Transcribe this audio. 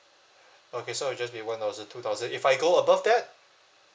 okay so I'll just be one thousand two thousand if I go above that